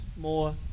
more